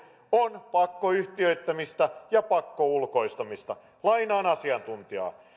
on pakkoyhtiöittämistä ja pakkoulkoistamista lainaan asiantuntijaa